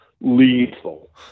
lethal